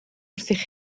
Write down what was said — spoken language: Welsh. wrthych